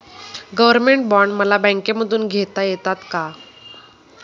Government bond मला बँकेमधून घेता येतात का?